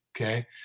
Okay